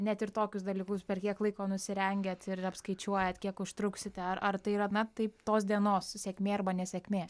net ir tokius dalykus per kiek laiko nusirengiat ir apskaičiuojat kiek užtruksite ar ar tai yra na taip tos dienos sėkmė arba nesėkmė